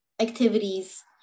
activities